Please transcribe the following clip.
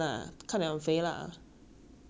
then I look nice in V shape